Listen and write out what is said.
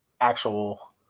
actual –